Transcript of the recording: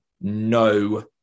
no